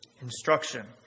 instruction